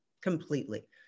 completely